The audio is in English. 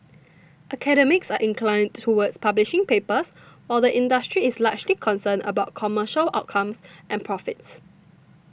academics are inclined towards publishing papers or the industry is largely concerned about commercial outcomes and profits